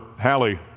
Hallie